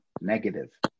negative